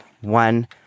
One